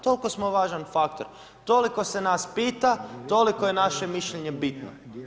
Toliko smo važan faktor, toliko se nas pita, toliko je naše mišljenje bitno.